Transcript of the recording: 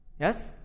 Yes